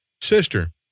sister